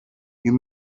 you